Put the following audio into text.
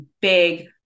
big